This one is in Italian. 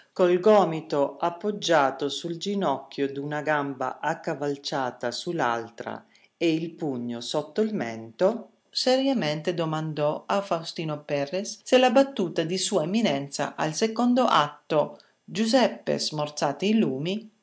col gomito appoggiato sul ginocchio d'una gamba accavalciata sull'altra e il pugno sotto il mento seriamente domandò a faustino perres se la battuta di sua eminenza al secondo atto giuseppe smorzate i lumi